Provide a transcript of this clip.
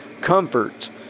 comfort